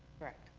correct.